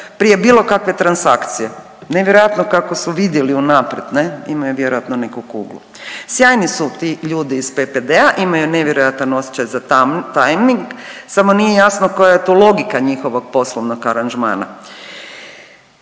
prije bilo kakve transakcije, nevjerojatno kako su vidjeli unaprijed ne, imaju vjerojatno neku kuglu. Sjajni su ti ljudi iz PPD-a imaju nevjerojatan osjećaj za tajming samo nije jasno koja je tu logika njihovog poslovnog aranžmana.